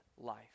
life